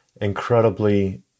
incredibly